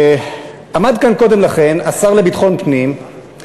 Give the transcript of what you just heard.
עמד כאן קודם לכן השר לביטחון פנים,